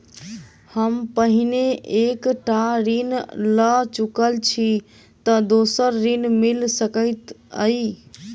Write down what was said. हम पहिने एक टा ऋण लअ चुकल छी तऽ दोसर ऋण मिल सकैत अई?